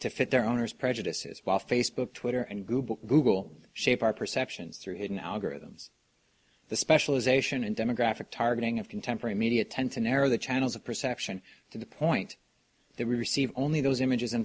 to fit their owner's prejudices while facebook twitter and google google shape our perceptions through hidden algorithms the specialisation and demographic targeting of contemporary media tend to narrow the channels of perception to the point they receive only those images